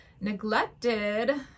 neglected